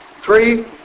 Three